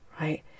right